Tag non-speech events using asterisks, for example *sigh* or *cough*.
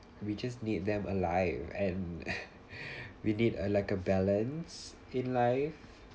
we just need them alive and *laughs* we need a letter balance in life